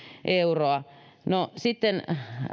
euroa no sitten